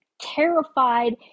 terrified